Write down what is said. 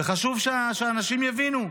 וחשוב שאנשים יבינו.